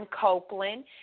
Copeland